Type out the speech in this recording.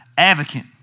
Advocate